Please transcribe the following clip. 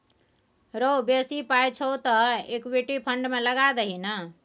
रौ बेसी पाय छौ तँ इक्विटी फंड मे लगा दही ने